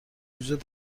وجود